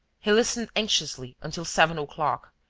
he listened anxiously until seven o'clock,